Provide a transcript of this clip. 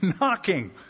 knocking